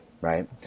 right